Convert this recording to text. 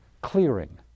clearing